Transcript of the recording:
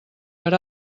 per